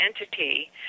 entity